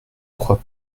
crois